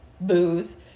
booze